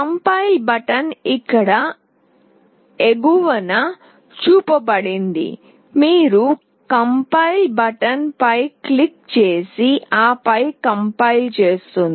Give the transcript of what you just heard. compile button ఇక్కడ ఎగువన చూపబడింది మీరు కంపైల్ బటన్ పై క్లిక్ చేసి ఆపై కంపైల్ చేస్తుంది